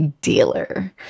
dealer